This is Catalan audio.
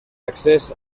accés